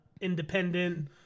independent